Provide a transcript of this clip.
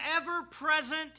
ever-present